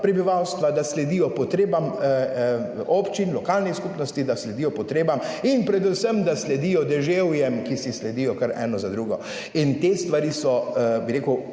prebivalstva, da sledijo potrebam občin, lokalnih skupnosti, da sledijo potrebam in predvsem, da sledijo deževjem, ki si sledijo kar eno za drugo. In te stvari so, bi rekel,